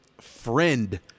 friend